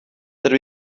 dydw